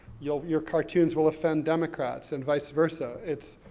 your your cartoons will offend democrats, and vice versa. it's,